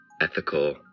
ethical